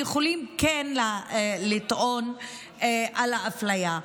הם יכולים לטעון על האפליה.